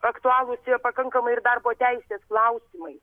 aktualūs yra pakankamai ir darbo teisės klausimai